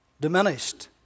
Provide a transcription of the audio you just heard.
diminished